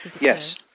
Yes